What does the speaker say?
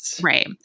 right